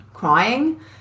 Crying